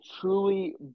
truly